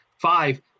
five